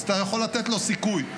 אז אתה יכול לתת לו סיכוי.